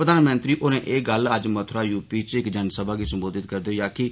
प्रधानमंत्री होरें एह् गल्ल अज्ज मथुरा यूपी च इक जनसभा गी संबोधित करदे होई आक्खी